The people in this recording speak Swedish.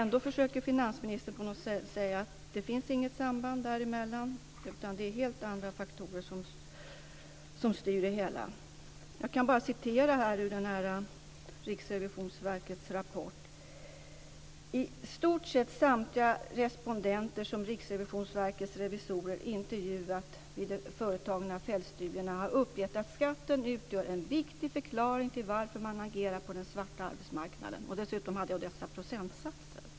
Ändå försöker finansministern säga att det inte finns något samband däremellan utan att det är helt andra faktorer som styr det hela. Riksrevisionsverket säger i sin rapport att i stort sett samtliga respondenter som Riksrevisionsverkets revisorer intervjuat vid de företagna fältstudierna har uppgett att skatten utgör en viktig förklaring till varför man agerar på den svarta arbetsmarknaden. Dessutom anger man dessa procentsatser.